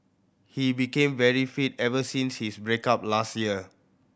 he became very fit ever since his break up last year